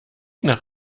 nach